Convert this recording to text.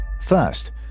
First